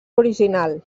original